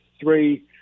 three